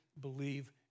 believe